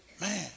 Man